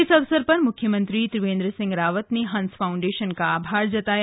इस अवसर पर मुख्यमंत्री त्रिवेंद्र सिंह रावत ने हंस फाउंडेशन का आभार जताया